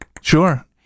Sure